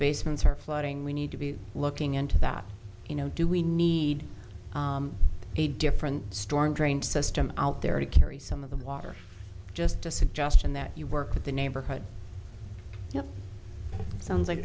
basements are flooding we need to be looking into that you know do we need a different storm drain system out there to carry some of the water just a suggestion that you work with the neighborhood you know sounds like